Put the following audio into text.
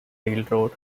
railroad